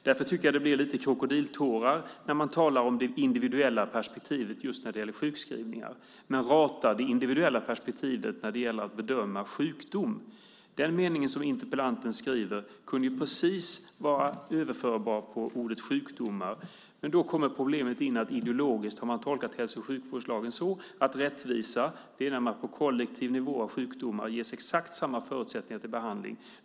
Därför tycker jag att det blir lite krokodiltårar när man talar om det individuella perspektivet just när det gäller sjukskrivningar men ratar det när det gäller att bedöma sjukdom. Den mening som interpellanten skriver skulle ju precis kunna vara överförbar på ordet "sjukdomar". Men då kommer problemet in att man ideologiskt har tolkat hälso och sjukvårdslagen så att rättvisa är när man på kollektiv nivå av sjukdomar ges exakt samma förutsättningar till behandling.